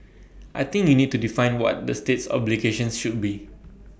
I think you need to define what the state's obligations should be